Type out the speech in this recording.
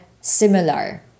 similar